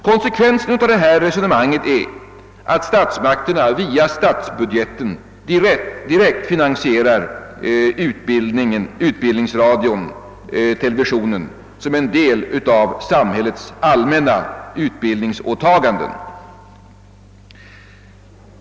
Konsekvensen av detta resonemang är att statsmakterna via statsbudgeten finansierar Utbildningsradio-TV som en del av samhällets allmänna utbildningsåtaganden.